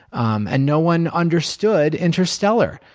um and no one understood interstellar.